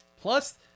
Plus